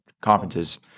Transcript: conferences